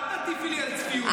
אל תטיפי לי על צביעות.